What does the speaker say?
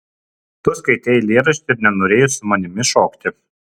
tu skaitei eilėraštį ir nenorėjai su manimi šokti